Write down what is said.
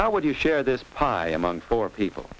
how would you share this pie among four people